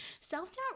self-doubt